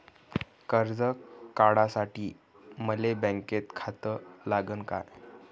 कर्ज काढासाठी मले बँकेत खातं लागन का?